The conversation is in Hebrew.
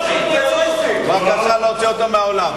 בבקשה להוציא אותו מהאולם.